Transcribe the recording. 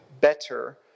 better